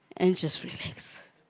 in just three hits